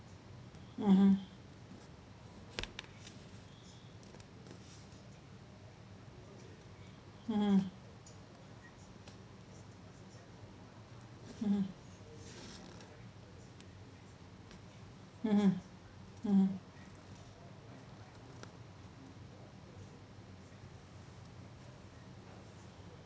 mmhmm mmhmm mmhmm mmhmm mmhmm